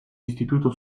istituto